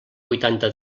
vuitanta